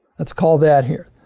let's call that here.